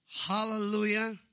Hallelujah